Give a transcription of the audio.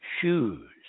shoes